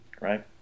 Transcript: right